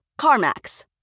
CarMax